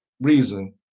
reason